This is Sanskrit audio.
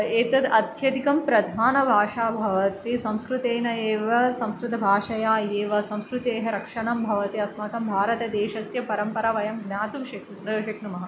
एतद् अत्यधिकं प्रधानभाषा भवति संस्कृतेन एव संस्कृतभाषया एव संस्कृतेः रक्षनं भवति अस्माकं भारतदेशस्य परम्परा वयं ज्ञातुं शक् शक्नुमः